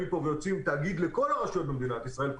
לכאן ויוצאים עם תאגיד לכל הרשויות במדינת ישראל,